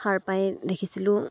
সাৰ পাই দেখিছিলোঁ